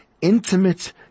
intimate